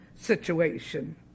situation